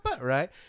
right